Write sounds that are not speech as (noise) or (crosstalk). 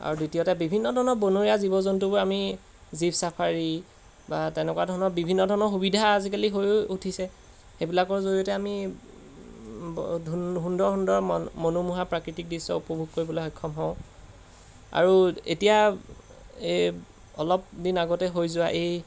আৰু দ্বিতীয়তে বিভিন্ন ধৰণৰ বনৰীয়া জীৱ জন্তুবোৰ আমি জীব চাফাৰী বা তেনেকুৱা ধৰণৰ বিভিন্ন ধৰণৰ সুবিধা আজিকালি হৈ উঠিছে সেইবিলাকৰ জৰিয়তে আমি (unintelligible) সুন্দৰ সুন্দৰ মন মনোমোহা প্ৰাকৃতিক দৃশ্য উপভোগ কৰিবলৈ সক্ষম হওঁ আৰু এতিয়া এই অলপ দিন আগতে হৈ যোৱা এই